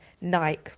Nike